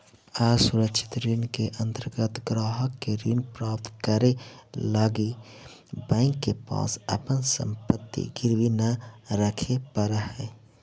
असुरक्षित ऋण के अंतर्गत ग्राहक के ऋण प्राप्त करे लगी बैंक के पास अपन संपत्ति गिरवी न रखे पड़ऽ हइ